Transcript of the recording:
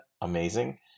amazing